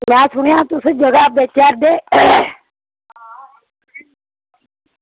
में सुनेआ तुस जगह बेचा दे